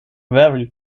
very